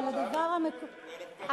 אבל הדבר המקומם,